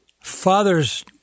Fathers